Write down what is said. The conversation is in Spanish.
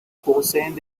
poseen